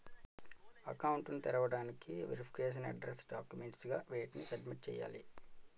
Account ను తెరవటానికి verification address documents గా వేటిని సబ్మిట్ చేయాలి?